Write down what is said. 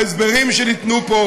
ההסברים שניתנו פה,